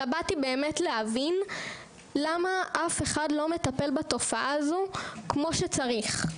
אלא באמתי באמת להבין למה אף אחד לא מטפל בתופעה הזאת כמו שצריך.